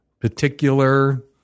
particular